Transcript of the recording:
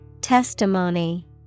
Testimony